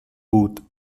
بود